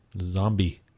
zombie